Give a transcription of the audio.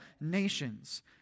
nations